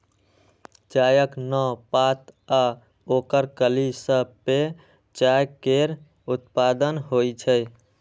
चायक नव पात आ ओकर कली सं पेय चाय केर उत्पादन होइ छै